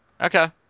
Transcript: Okay